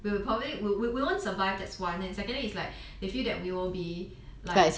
we will probably will we we won't survive that's why and then secondly is like they feel that we will be like